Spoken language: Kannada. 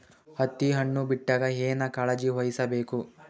ಹತ್ತಿ ಹಣ್ಣು ಬಿಟ್ಟಾಗ ಏನ ಕಾಳಜಿ ವಹಿಸ ಬೇಕು?